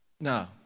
No